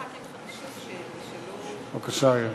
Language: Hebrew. בבקשה, אייל.